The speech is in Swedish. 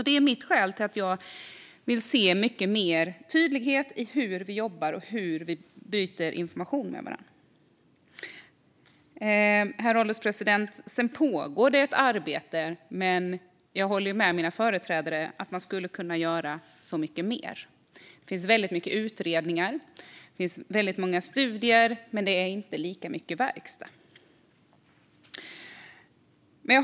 Det är mitt skäl till att jag vill se mycket mer tydlighet i hur vi jobbar och hur vi byter information med varandra. Herr ålderspresident! Det pågår ett arbete, men jag håller med tidigare talare om att man skulle kunna göra så mycket mer. Det finns väldigt många utredningar och studier, men det är inte lika mycket verkstad.